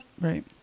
Right